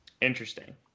Interesting